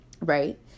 right